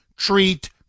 treat